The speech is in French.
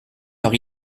leur